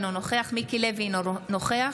אינו נוכח